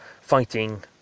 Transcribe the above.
fighting